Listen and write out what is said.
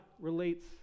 relates